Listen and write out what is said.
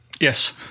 Yes